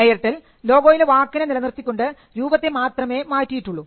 Airtel ലോഗോയിലെ വാക്കിനെ നിലനിർത്തിക്കൊണ്ട് രൂപത്തെ മാത്രമേ മാറ്റിയിട്ട് ഉള്ളൂ